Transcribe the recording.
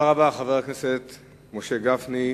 חבר הכנסת משה גפני,